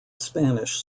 spanish